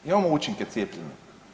Imamo učinke cijepljenja.